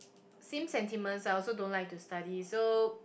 same sentiments I also don't like to study so